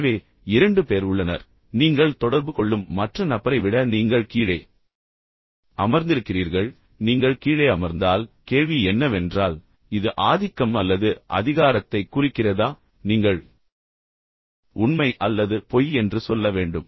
எனவே இரண்டு பேர் உள்ளனர் நீங்கள் தொடர்பு கொள்ளும் மற்ற நபரை விட நீங்கள் கீழே அமர்ந்திருக்கிறீர்கள் நீங்கள் கீழே அமர்ந்தால் கேள்வி என்னவென்றால் இது ஆதிக்கம் அல்லது அதிகாரத்தைக் குறிக்கிறதா நீங்கள் உண்மை அல்லது பொய் என்று சொல்ல வேண்டும்